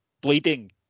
bleeding